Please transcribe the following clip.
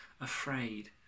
afraid